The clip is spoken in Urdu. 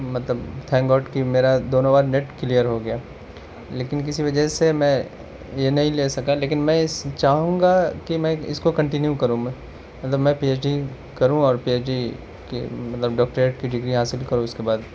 مطلب تھینگ گاڈ کہ میرا دونوں بار نیٹ کلیئر ہو گیا لیکن کسی وجہ سے میں یہ نہیں لے سکا لیکن میں اس چاہوں گا کہ میں اس کو کنٹینیو کروں میں مطلب میں پی ایچ ڈی کروں اور پی ایچ ڈی کی مطلب ڈاکٹریٹ کی ڈگری حاصل کروں اس کے بعد